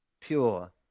pure